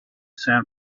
san